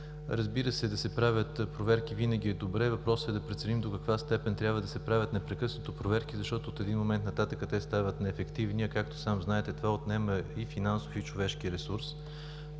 добре да се правят проверки, въпросът е да преценим до каква степен трябва да се правят проверки непрекъснато, защото от един момент нататък те стават неефективни, а както знаете, това отнема и финансов, и човешки ресурс.